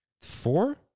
four